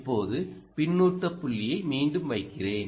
இப்போது பின்னூட்ட புள்ளியை மீண்டும் வைக்கிறேன்